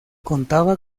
contaba